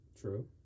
True